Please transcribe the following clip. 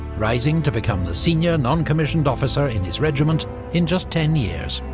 rising to become the senior non-commissioned officer in his regiment in just ten years.